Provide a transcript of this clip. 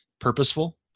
purposeful